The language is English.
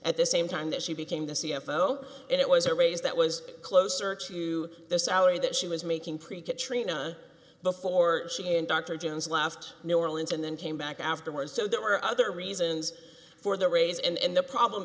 at the same time that she became the c f o it was a raise that was closer to the salary that she was making pretty good trina before she and dr jones left new orleans and then came back afterwards so there were other reasons for the raise and the problem